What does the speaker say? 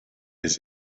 his